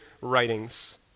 writings